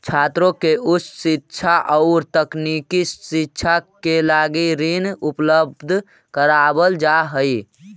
छात्रों के उच्च शिक्षा औउर तकनीकी शिक्षा के लगी ऋण उपलब्ध करावल जाऽ हई